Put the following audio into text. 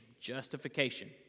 justification